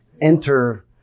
enter